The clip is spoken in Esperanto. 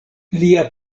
lia